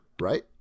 Right